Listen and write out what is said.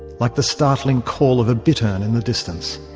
like the startling call of a bittern in the distance.